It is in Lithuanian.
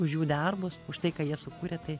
už jų darbus už tai ką jie sukūrė tai